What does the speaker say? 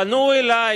פנו אלי